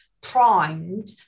primed